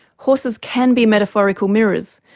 horses can be metaphorical mirrors,